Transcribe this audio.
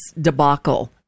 debacle